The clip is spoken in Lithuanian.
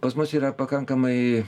pas mus yra pakankamai